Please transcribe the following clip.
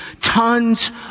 tons